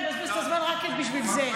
תראה, אני מבזבזת את הזמן רק בשביל זה.